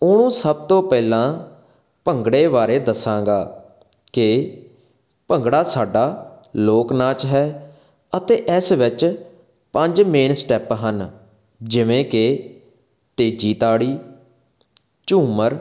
ਉਹ ਸਭ ਤੋਂ ਪਹਿਲਾਂ ਭੰਗੜੇ ਬਾਰੇ ਦੱਸਾਂਗਾ ਕਿ ਭੰਗੜਾ ਸਾਡਾ ਲੋਕ ਨਾਚ ਹੈ ਅਤੇ ਇਸ ਵਿੱਚ ਪੰਜ ਮੇਨ ਸਟੈਪ ਹਨ ਜਿਵੇਂ ਕਿ ਤੇਜੀ ਤਾੜੀ ਝੂਮਰ